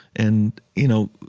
and, you know,